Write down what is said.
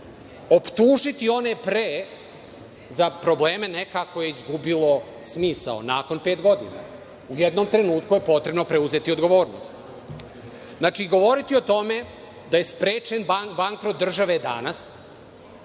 Optužiti one pre za probleme ne kako je izgubilo smisao nakon te godine. U jednom trenutku je potrebno preuzeti odgovornost. Znači, govoriti o tome da je sprečen bankrot države danas